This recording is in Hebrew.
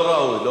לא ראוי.